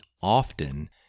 often